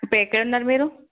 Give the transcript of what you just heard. ఇప్పుడు ఎక్కడ ఉన్నారు మీరూ